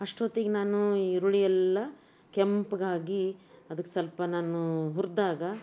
ಅಷ್ಟೊತ್ತಿಗೆ ನಾನು ಈರುಳ್ಳಿಯೆಲ್ಲ ಕೆಂಪಗಾಗಿ ಅದಕ್ಕೆ ಸ್ವಲ್ಪ ನಾನು ಹುರಿದಾಗ